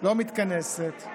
לא מתכנסת.